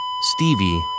Stevie